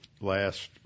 Last